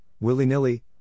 willy-nilly